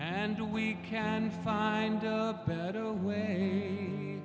and we can find a better way